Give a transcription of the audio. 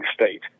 state